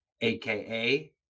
aka